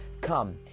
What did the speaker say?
Come